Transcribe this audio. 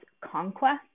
conquest